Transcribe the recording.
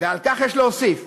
ועל כך יש להוסיף